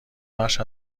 بخش